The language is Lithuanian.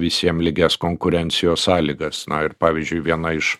visiem lygias konkurencijos sąlygas na ir pavyzdžiui viena iš